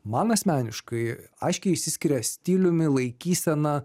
man asmeniškai aiškiai išsiskiria stiliumi laikysena